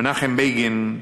מנחם בגין,